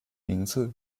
名字